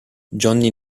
johnny